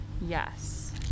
yes